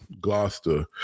Gloucester